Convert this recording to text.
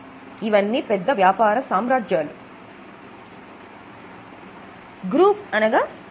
group అనగా వ్యాపారాలు సమూహం